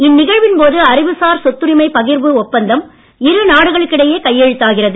இந்நிகழ்வின் போது அறிவுசார் சொத்துரிமை பகிர்வு ஒப்பந்தம் இரு நாடுகளுக்கு இடையே கையெழுத்தாகிறது